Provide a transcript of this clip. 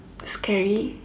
scary